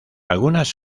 algunas